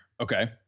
Okay